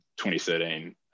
2013